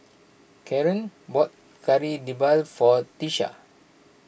Kareen bought Kari Debal for Tiesha